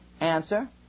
answer